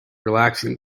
relaxing